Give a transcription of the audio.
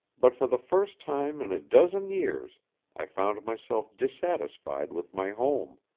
but for the first time in a dozen years i found myself dissatisfied with my home.